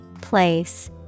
Place